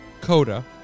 coda